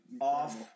Off